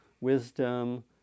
wisdom